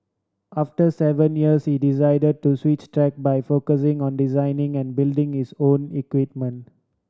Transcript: after seven years he decide to switch tack by focusing on designing and building his own equipment